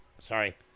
Sorry